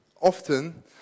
often